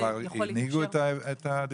כבר הנהיגו את זה?